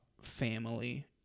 family